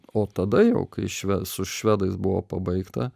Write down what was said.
o tada jau kai šve su švedais buvo pabaigta